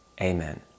Amen